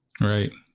Right